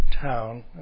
town